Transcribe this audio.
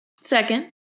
Second